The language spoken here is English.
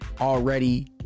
already